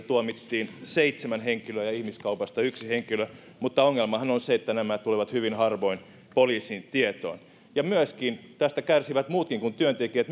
tuomittiin seitsemän henkilöä ja ihmiskaupasta yksi henkilö mutta ongelmahan on se että nämä tulevat hyvin harvoin poliisin tietoon tästä kärsivät muutkin kuin työntekijät